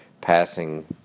passing